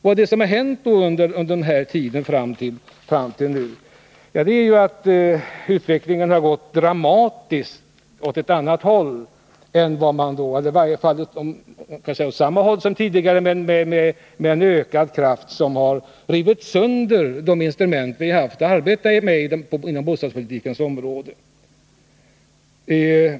Vad är det då som hänt under den tid som gått? Jo, utvecklingen har varit dramatisk, och den har gått åt samma håll som tidigare men med ökad kraft — istället för att vända. Den har rivit sönder de instrument vi har haft att arbeta med inom bostadspolitikens område.